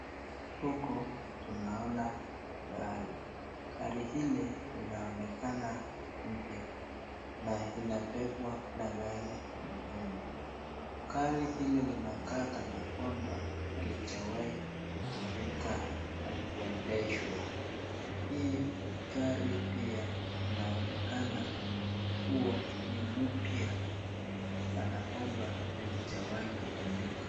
Huku tunaona gari. Gari hili inaonekana mpya na inabebwa na gari nyingine. Gari ile inakaa kana kwamba haijawahi kutumika au kuendeshwa. Hii gari pia inaonekana kuwa ni mupya kana kwamba halijawahi tumika.